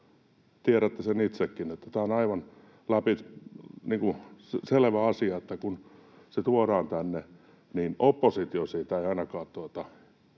Tiedätte sen itsekin, että tämä on aivan selvä asia, että kun se tuodaan tänne, niin oppositio siitä ei ainakaan